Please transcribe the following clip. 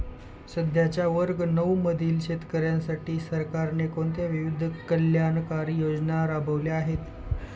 सध्याच्या वर्ग नऊ मधील शेतकऱ्यांसाठी सरकारने कोणत्या विविध कल्याणकारी योजना राबवल्या आहेत?